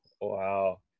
wow